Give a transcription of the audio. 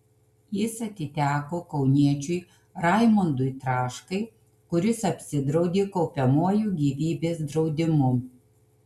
jis atiteko kauniečiui raimondui traškai kuris apsidraudė kaupiamuoju gyvybės draudimu